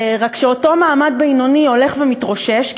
רק שאותו מעמד בינוני הולך ומתרושש,